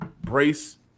Brace